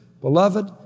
beloved